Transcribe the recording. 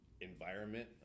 environment